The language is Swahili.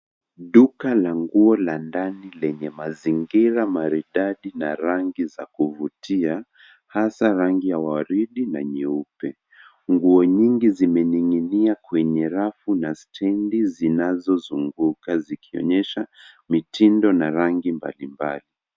Duka la nguo la ndani lenye mazingira maridadi na nguo za kuvutia hasa rangi ya waridi na nyeupe. Nguo nyingi zimening'inia kwenye rafu na stendi zinazozunguka zikionyesha mitindo na rangi mbalimbali.